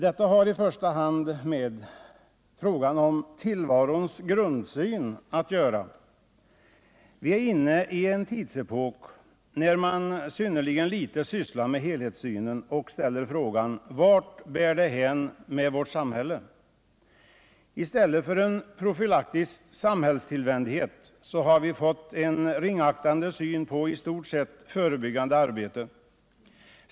Detta har i första hand med frågan om tillvarons grundsyn att göra. Vi är inne i en tidsepok där man synnerligen litet sysslar med helhetssyn och ställer frågan: Vart bär det hän med vårt samhälle? I stället för en profylaktisk samhällstillvändhet har vi fått en i stort sett ringaktande syn på förebyggande arbete.